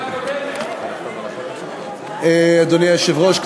אדוני היושב-ראש,